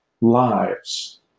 lives